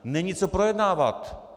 Není co projednávat.